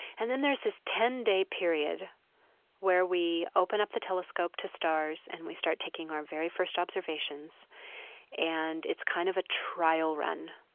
and then there's this ten day period where we open up the telescope to stars and we start taking our very first observations and it's kind of a trial run.